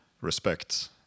respect